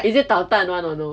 is it 捣蛋 [one] or no